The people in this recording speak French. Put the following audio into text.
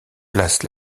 place